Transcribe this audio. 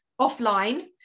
offline